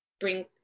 bring